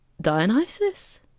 Dionysus